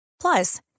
Plus